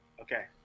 Okay